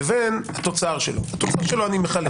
לבין התוצר שלו אותו אני מחלט.